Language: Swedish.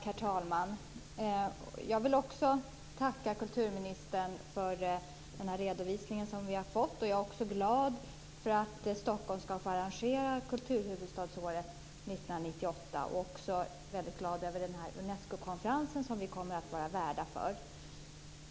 Herr talman! Jag vill också tacka kulturministern för den redovisning som vi har fått. Jag är glad att Stockholm skall få arrangera kulturhuvudstadsåret 1998. Jag är också glad för den Unescokonferens som vi kommer att vara värdar för.